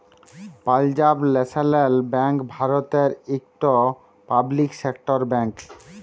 Punjab national bank ভারতের ইকট public sector bank